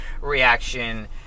reaction